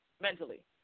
mentally